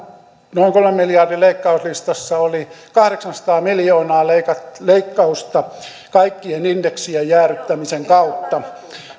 noin kolmen miljardin leikkauslistassa oli kahdeksansataa miljoonaa leikkausta kaikkien indeksien jäädyttämisen kautta